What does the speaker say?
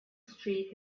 street